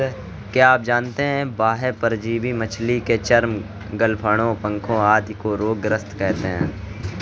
क्या आप जानते है बाह्य परजीवी मछली के चर्म, गलफड़ों, पंखों आदि को रोग ग्रस्त करते हैं?